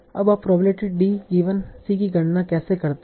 अब आप probability d given c की गणना कैसे करते हैं